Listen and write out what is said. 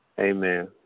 Amen